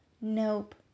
Nope